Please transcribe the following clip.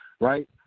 right